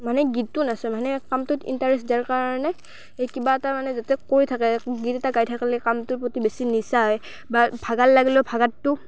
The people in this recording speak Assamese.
মানে গীতটো নাচায় মানে কামটোত ইন্টাৰেষ্ট দিয়াৰ কাৰণে এই কিবা এটা মানে যাতে কৈ থাকে গীত এটা গায় থাকিলে কামটোৰ প্ৰতি বেছি নিচা হয় বা ভাগৰ লাগিলে ভাগৰটো